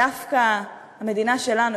דווקא המדינה שלנו,